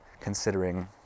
considering